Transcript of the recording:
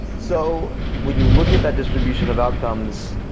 so when you look at that distribution of outcomes,